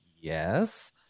yes